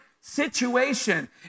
situation